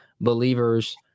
believers